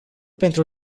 pentru